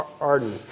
Arden